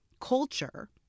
culture